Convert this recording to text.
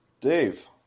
Dave